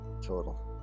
total